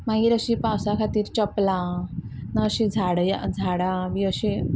मागीर अशी पावसा खातीर चपलां ना अशी झाड झाडां बी अशी